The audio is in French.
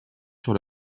sur